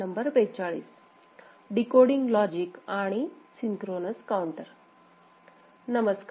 नमस्कार